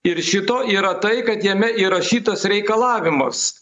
ir šito yra tai kad jame įrašytas reikalavimas